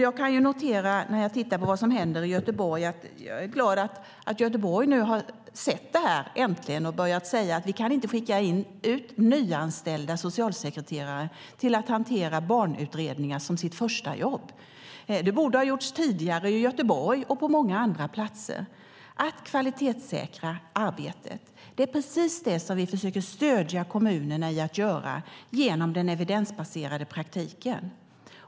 Jag kan när jag tittar på vad som händer i Göteborg notera att jag är glad att Göteborg nu äntligen har sett detta. De har börjat säga: Vi kan inte skicka ut nyanställda socialsekreterare att hantera barnutredningar som sitt första jobb. Det borde ha gjorts tidigare i Göteborg och på många andra platser. Att kvalitetssäkra arbetet är precis det vi försöker stödja kommunerna i att göra genom den evidensbaserade praktiken.